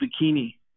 bikini